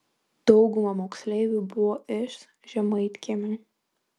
dauguma moksleivių buvo iš žemaitkiemio